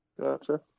Gotcha